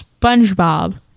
SpongeBob